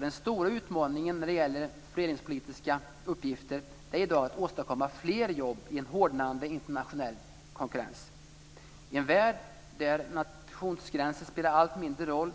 Den stora utmaningen när det gäller fördelningspolitiska uppgifter är i dag att åstadkomma fler jobb i en hårdnande internationell konkurrens. I en värld där nationsgränser spelar allt mindre roll